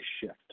shift